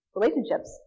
relationships